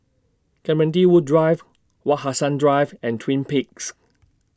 Clementi Woods Drive Wak Hassan Drive and Twin Peaks